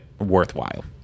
worthwhile